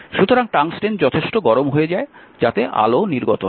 সুতরাং টংস্টেন যথেষ্ট গরম হয়ে যায় যাতে আলো নির্গত হয়